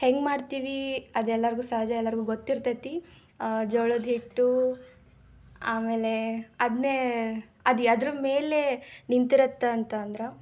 ಹೆಂಗೆ ಮಾಡ್ತೀವಿ ಅದು ಎಲ್ಲರಿಗೂ ಸಹಜ ಎಲ್ಲರಿಗೂ ಗೊತ್ತಿರ್ತೈತಿ ಜೋಳದ ಹಿಟ್ಟು ಆಮೇಲೆ ಅದನ್ನೇ ಅದು ಎದ್ರ್ ಮೇಲೆ ನಿಂತಿರುತ್ತೆ ಅಂತಂದ್ರೆ